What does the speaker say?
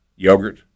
Yogurt